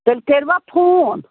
تیٚلہِ کٔروا فون